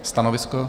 Stanovisko?